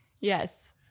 Yes